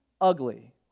ugly